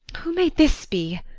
who may this be?